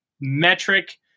metric